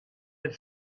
had